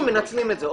הקבלנים מנצלים את זה.